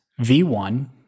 v1